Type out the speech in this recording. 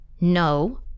No